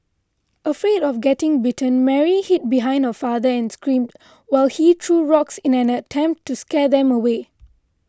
afraid of getting bitten Mary hid behind her father and screamed while he threw rocks in an attempt to scare them away